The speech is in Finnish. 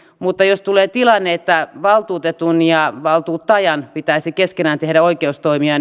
mutta jos tulee tilanne että valtuutetun ja valtuuttajan pitäisi keskenään tehdä oikeustoimia